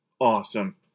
Awesome